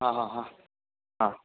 हा हा हा हा